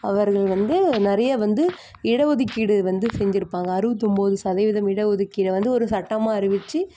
அவர்கள் வந்து நிறைய வந்து இட ஒதுக்கீடு வந்து செஞ்சுருப்பாங்க அறுவத்தொம்பது சதவீதம் இட ஒதுக்கீடை வந்து ஒரு சட்டமாக அறிவித்து